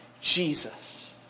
Jesus